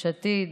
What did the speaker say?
יש עתיד,